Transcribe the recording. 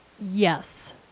yes